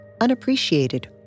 unappreciated